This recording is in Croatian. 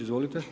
Izvolite.